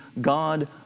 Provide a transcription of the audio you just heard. God